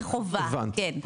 זה חובה כן,